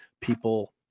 people